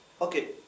Okay